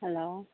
hello